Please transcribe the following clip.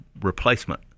replacement